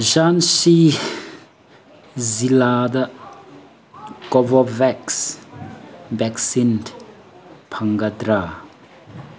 ꯖꯥꯟꯁꯤ ꯖꯤꯜꯂꯥꯗ Covovax vaccine ꯐꯪꯒꯗ꯭ꯔꯥ